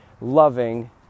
loving